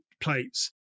plates